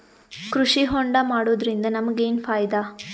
ಕೃಷಿ ಹೋಂಡಾ ಮಾಡೋದ್ರಿಂದ ನಮಗ ಏನ್ ಫಾಯಿದಾ?